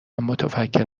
متفکر